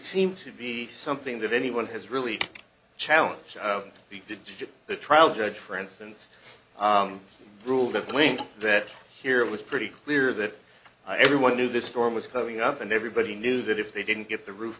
seem to be something that anyone has really challenge of deep the trial judge for instance ruled at the point that here it was pretty clear that everyone knew this storm was coming up and everybody knew that if they didn't get the roof